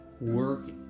Work